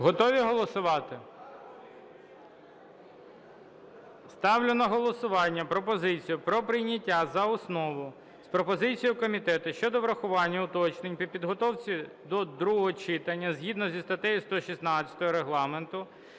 Готові голосувати? Ставлю на голосування пропозицію про прийняття за основу з пропозицією комітету щодо врахування уточнень при підготовці до другого читання, згідно зі статтею 116 Регламенту